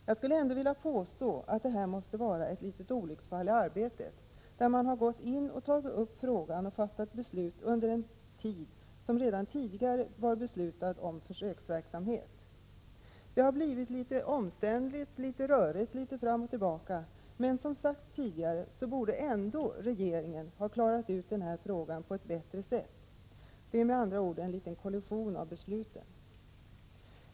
Jag skulle ändå vilja påstå att det här måste vara ett litet olycksfall i arbetet, där man har gått in och tagit upp frågan och fattat beslut mitt under en redan tidigare beslutad försöksverksamhet. Det har blivit litet omständligt, litet rörligt och litet fram och tillbaka, men regeringen borde — som tidigare sagts — ändock ha klarat ut den här frågan på ett bättre sätt. Det är med andra ord en liten kollision mellan beslut.